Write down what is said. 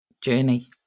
Journey